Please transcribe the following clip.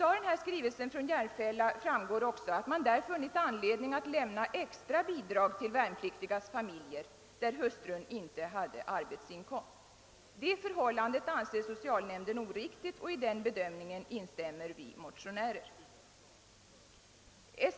Av denna skrivelse från Järfälla framgår också att man där funnit anledning lämna extra bidrag till värnpliktigas familjer, där hustrun inte har arbetsinkomst. Det förhållandet anser socialnämnden oriktigt, och i den bedömningen instämmer vi motionärer.